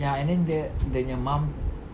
ya and then dia dia nya mum